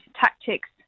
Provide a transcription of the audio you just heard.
tactics